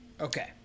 Okay